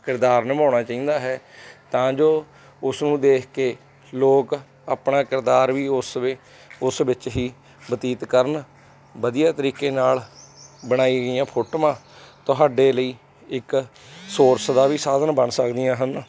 ਕਿਰਦਾਰ ਨਿਭਾਉਣਾ ਚਾਹੀਦਾ ਹੈ ਤਾਂ ਜੋ ਉਸ ਨੂੰ ਦੇਖ ਕੇ ਲੋਕ ਆਪਣਾ ਕਿਰਦਾਰ ਵੀ ਉਸ ਸਮੇਂ ਉਸ ਵਿੱਚ ਹੀ ਬਤੀਤ ਕਰਨ ਵਧੀਆ ਤਰੀਕੇ ਨਾਲ ਬਣਾਈਆਂ ਗਈਆਂ ਫੋਟੋਆਂ ਤੁਹਾਡੇ ਲਈ ਇੱਕ ਸੋਰਸ ਦਾ ਵੀ ਸਾਧਨ ਬਣ ਸਕਦੀਆਂ ਹਨ